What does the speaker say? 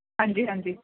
ਹਾਂਜੀ ਹਾਂਜੀ